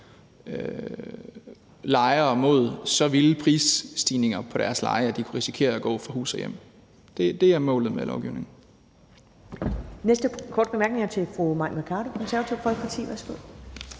lejere mod så vilde prisstigninger på deres leje, at de risikerer at gå fra hus og hjem. Det er målet med lovgivningen.